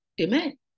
Amen